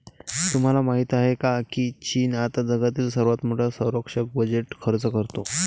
तुम्हाला माहिती आहे का की चीन आता जगातील सर्वात मोठा संरक्षण बजेट खर्च करतो?